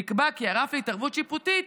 נקבע כי הרף להתערבות שיפוטית,